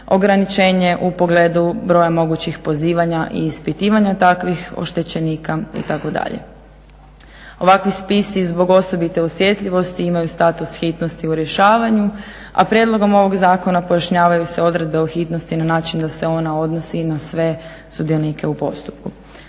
ograničenje u pogledu broja mogućih pozivanja i ispitivanja takvih oštećenika itd. Ovakvi spisi zbog osobite osjetljivosti imaju status hitnosti u rješavanju, a prijedlogom ovog zakona pojašnjavaju se odredbe o hitnosti na način da se ona odnosi i na sve sudionike u postupku.